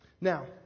Now